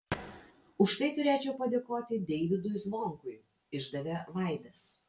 už tai turėčiau padėkoti deivydui zvonkui išdavė vaidas